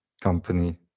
company